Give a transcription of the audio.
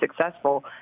successful